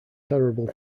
terrible